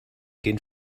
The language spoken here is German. gehen